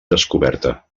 descoberta